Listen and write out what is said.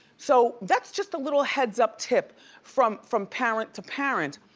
so that's just a little heads up tip from from parent to parent,